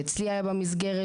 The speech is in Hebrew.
שאצלי היה במסגרת,